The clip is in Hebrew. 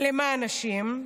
למען נשים,